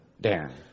Dan